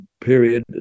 period